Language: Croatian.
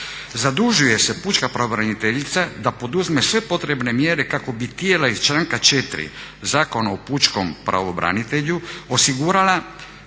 Zadužuje se pučka pravobraniteljica da poduzme sve potrebne mjere kako bi tijela iz članka 4. Zakona o pučkom pravobranitelju osigurala